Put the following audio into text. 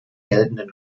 geltenden